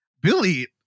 Billy